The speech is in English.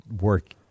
work